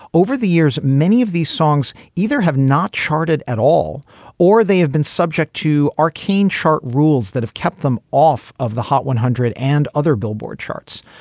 over the years, many of these songs either have not charted at all or they have been subject to arcane chart rules that have kept them off of the hot one hundred and other billboard charts.